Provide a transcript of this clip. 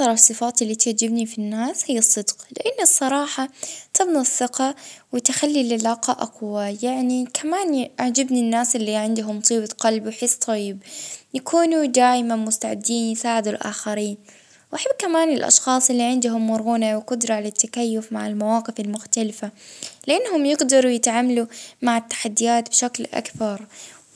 اه الصدج التواضع